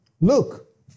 look